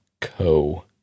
Co